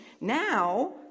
Now